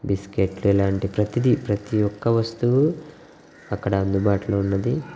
బిస్కెట్ల్ ఇలాంటి ప్రతిది ప్రతి ఒక్క వస్తువు అక్కడ అందుబాటులో ఉన్నది